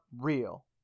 real